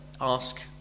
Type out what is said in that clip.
ask